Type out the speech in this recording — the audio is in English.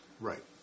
Right